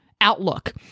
outlook